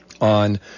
on